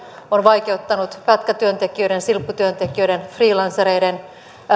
on vaikeuttanut pätkätyöntekijöiden silpputyöntekijöiden freelancereiden